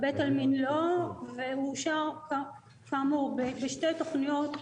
והוא אושר כאמור בשתי תכניות,